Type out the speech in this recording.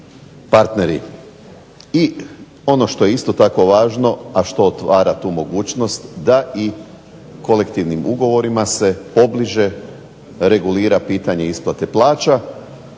partneri. I ono što je isto tako važno a što otvara tu mogućnost da i kolektivnim ugovorima se pobliže regulira pitanje isplate plaća